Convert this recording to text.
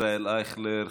ישראל אייכלר.